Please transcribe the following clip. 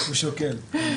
הוא שוקל.